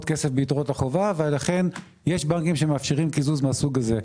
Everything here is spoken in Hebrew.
כסף ביתרות החובה ולכן יש בנקים שמאפשרים קיזוז מהסוג הזה.